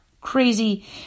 Crazy